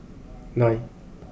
nine